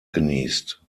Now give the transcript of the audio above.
genießt